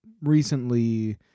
recently